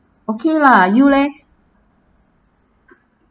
okay lah you leh